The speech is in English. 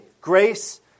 grace